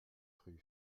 rue